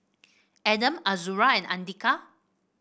Adam Azura and Andika